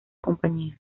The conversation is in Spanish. compañía